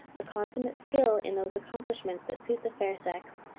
a consummate skill in those accomplishments that suit the fair sex,